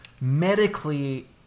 medically